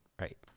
right